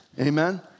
Amen